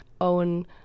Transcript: own